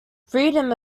freedom